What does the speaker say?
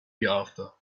hereafter